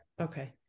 Okay